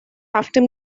after